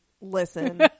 Listen